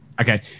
okay